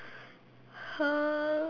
uh